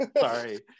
Sorry